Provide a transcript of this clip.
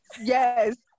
yes